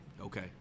okay